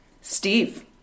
Steve